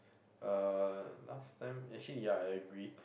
uh last time actually ya I agree